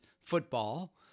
football